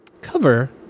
cover